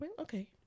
Okay